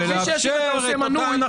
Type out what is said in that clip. צריך לאפשר את אותה הנחה.